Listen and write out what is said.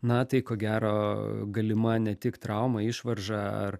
na tai ko gero galima ne tik trauma išvarža ar